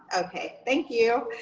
okay. thank you.